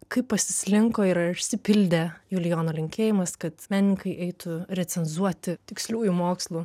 kaip pasislinko ir ar išsipildė julijono linkėjimas kad menininkai eitų recenzuoti tiksliųjų mokslų